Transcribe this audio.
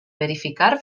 verificar